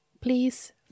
please